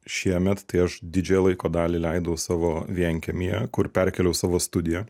šiemet tai aš didžiąją laiko dalį leidau savo vienkiemyje kur perkėliau savo studiją